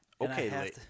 Okay